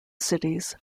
cities